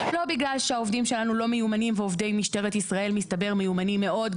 לא בגלל שהעובדים שלנו לא מיומנים ועובדי משטרת ישראל מיומנים מאוד.